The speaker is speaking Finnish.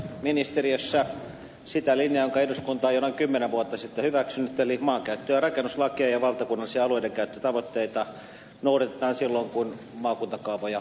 noudatamme ministeriössä sitä linjaa jonka eduskunta on jo noin kymmenen vuotta sitten hyväksynyt eli maankäyttö ja rakennuslakia ja valtakunnallisia alueidenkäyttötavoitteita noudatetaan silloin kun maakuntakaavoja vahvistetaan